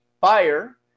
fire